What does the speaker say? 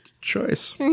Choice